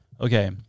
Okay